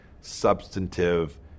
substantive